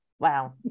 Wow